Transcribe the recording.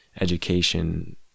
education